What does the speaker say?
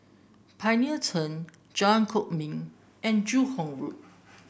Pioneer Turn Jalan Kwok Min and Joo Hong Road